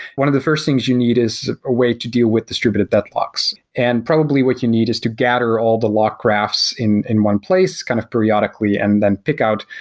one of the first things you need is a way to deal with distributed death locks, and probably what you need is to gather all the lock crafts in in one place kind of periodically and then pick out,